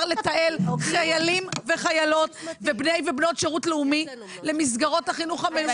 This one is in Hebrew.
לתעל חיילים וחיילות ובני ובנות שירות לאומי למסגרות החינוך המיוחד.